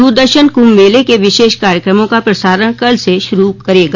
दूरदर्शन कुम्भ मेले के विशेष कार्यक्रमों का प्रसारण कल से शुरु करेगा